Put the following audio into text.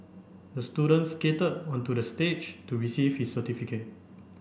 the student skated onto the stage to receive his certificate